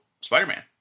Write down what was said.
Spider-Man